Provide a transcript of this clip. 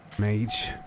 Mage